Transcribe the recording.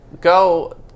Go